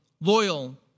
loyal